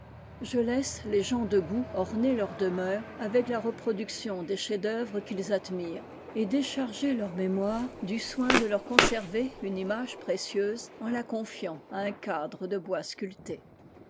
je laisse les gens de goût orner leur demeure avec la reproduction des chefsd'œuvre qu'ils admirent et décharger leur mémoire du soin de leur conserver une image précieuse en la confiant à un cadre de bois sculpté